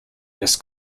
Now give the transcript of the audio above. this